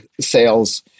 sales